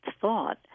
thought